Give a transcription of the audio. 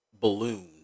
balloon